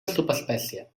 subespècie